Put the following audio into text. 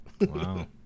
Wow